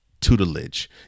tutelage